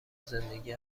زندگی